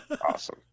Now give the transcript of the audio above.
Awesome